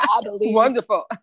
wonderful